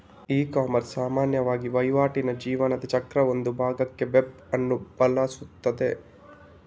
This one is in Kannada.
ಇಕಾಮರ್ಸ್ ಸಾಮಾನ್ಯವಾಗಿ ವಹಿವಾಟಿನ ಜೀವನ ಚಕ್ರದ ಒಂದು ಭಾಗಕ್ಕೆ ವೆಬ್ ಅನ್ನು ಬಳಸುತ್ತದೆ